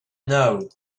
know